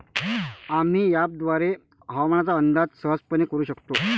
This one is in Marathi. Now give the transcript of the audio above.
आम्ही अँपपद्वारे हवामानाचा अंदाज सहजपणे करू शकतो